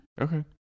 Okay